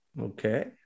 Okay